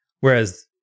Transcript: Whereas